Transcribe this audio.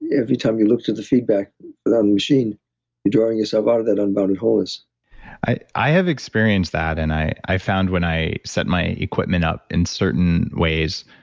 every time you look to the feedback on the machine, you're drawing yourself out of that unbounded wholeness i i have experienced that. and i i found when i set my equipment up in certain ways,